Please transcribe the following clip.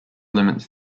limits